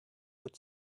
would